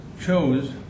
chose